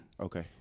Okay